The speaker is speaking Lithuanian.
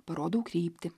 parodau kryptį